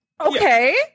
okay